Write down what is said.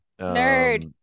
nerd